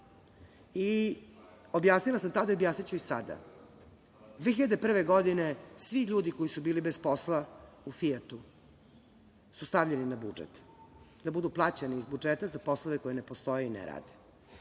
i objasnila sam tada, a objasniću i sada. Godine 2001. svi ljudi koji su bili bez posla u „Fijatu“ su stavljeni na budžet da budu plaćeni iz budžeta za poslove koji ne postoje i ne rade.